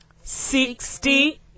sixty